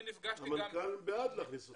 אני נפגשתי גם --- המנכ"ל בעד להכניס אותם,